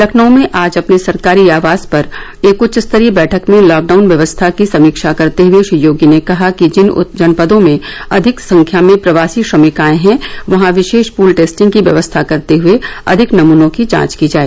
लखनऊ में आज अपने सरकारी आवास पर एक उच्च स्तरीय बैठक में लॉकडाउन व्यवस्था की समीक्षा करते हुए श्री योगी ने कहा कि जिन जनपदों में अधिक संख्या में प्रवासी श्रमिक आए हैं वहां विशेष पूल टेस्टिंग की व्यवस्था करते हए अधिक नमनों की जांच की जाए